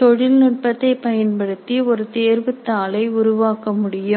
தொழில்நுட்பத்தை பயன்படுத்தி ஒரு சோதனைத் தாளை உருவாக்க முடியும்